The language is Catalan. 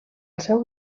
seu